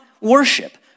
worship